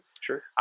Sure